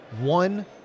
one